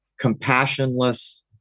compassionless